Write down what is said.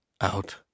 out